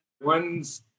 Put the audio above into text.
One's